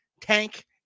tank